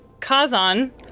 Kazan